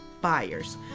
buyers